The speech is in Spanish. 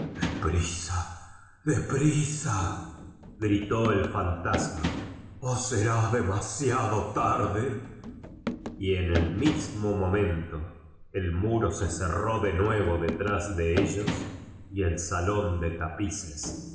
de prisagritó el fantasma o será demasiado tarde y en el mismo momento el muro se cerró de nuevo detrás do ellos y el salón de tapi